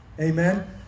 amen